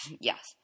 Yes